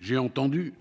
J'ai entendu,